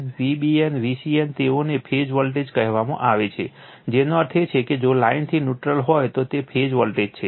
તેથી Van Vbn Vcn તેઓને phase voltage કહેવામાં આવે છે જેનો અર્થ છે કે જો લાઇનથી ન્યુટ્રલ હોય તો તે ફેઝ વોલ્ટેજ છે